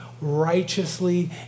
righteously